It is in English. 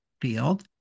field